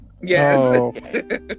Yes